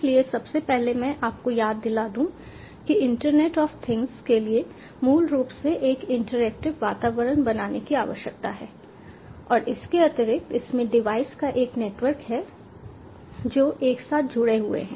इसलिए सबसे पहले मैं आपको याद दिला दूं कि इंटरनेट ऑफ थिंग्स के लिए मूल रूप से एक इंटरैक्टिव वातावरण बनाने की आवश्यकता है और इसके अतिरिक्त इसमें डिवाइस का एक नेटवर्क है जो एक साथ जुड़े हुए हैं